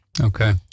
Okay